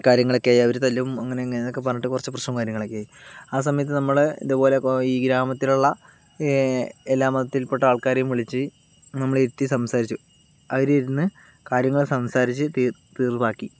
കാര്യങ്ങളൊക്കെയായി അവർ തല്ലും അങ്ങനെയിങ്ങനെയെന്നൊക്കെ പറഞ്ഞിട്ട് കുറച്ച് പ്രശ്നവും കാര്യങ്ങളൊക്കെയായി ആ സമയത്തു നമ്മൾ ഇതുപോലെ കോ ഈ ഗ്രാമത്തിലുള്ള ഈ എല്ലാ മതത്തിൽപ്പെട്ട ആൾക്കാരെയും വിളിച്ച് നമ്മൾ ഇരുത്തി സംസാരിച്ച് അവരിരുന്ന് കാര്യങ്ങൾ സംസാരിച്ചു തീ തീർപ്പാക്കി